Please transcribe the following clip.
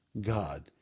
God